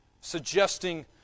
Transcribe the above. Suggesting